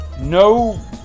no